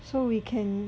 so we can